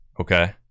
Okay